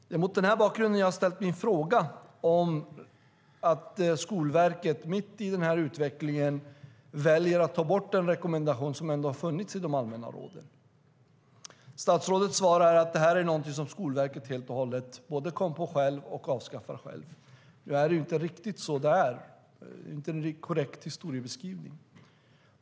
Det är mot den här bakgrunden jag har ställt min fråga om att Skolverket mitt i den här utvecklingen väljer att ta bort den rekommendation som funnits i de allmänna råden. Statsrådet svarar att det här är någonting som Skolverket helt och hållet både kommit på själv och avskaffar själv. Nu är det inte riktigt så. Det är inte en korrekt historiebeskrivning.